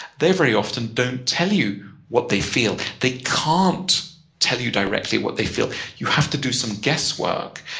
they very often don't tell you what they feel. they can't tell you directly what they feel. you have to do some guesswork.